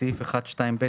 בסעיף 1(2)(ב),